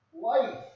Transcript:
life